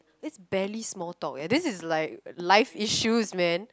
it's barely small talk eh this is like life issues man